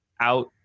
out